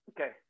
okay